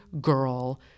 girl